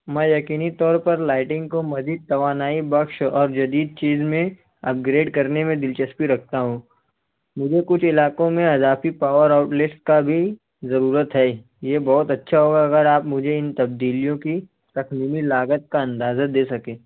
میں یقینی طور پر لائٹنگ کو مزید توانائی بخش اور جدید چیز میں اپگریڈ کرنے میں دلچسپی رکھتا ہوں مجھے کچھ علاقوں میں اضافی پاور آؤٹ لسٹ کا بھی ضرورت ہے یہ بہت اچھا ہوگا اگر آپ مجھے ان تبدیلیوں کی تخمینی لاگت کا اندازہ دے سکیں